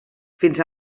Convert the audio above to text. fins